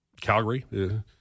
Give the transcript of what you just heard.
Calgary